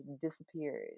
disappeared